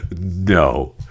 no